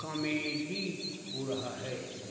comedy हो रही है